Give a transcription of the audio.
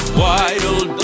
wild